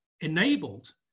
enabled